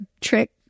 trick